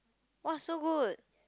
!wah! so good